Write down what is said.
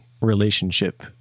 relationship